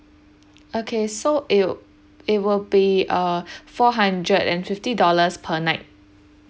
okay so it'll it will be uh four hundred and fifty dollars per night